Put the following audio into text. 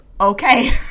okay